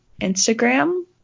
Instagram